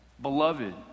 Beloved